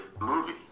movie